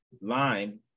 line